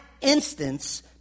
instance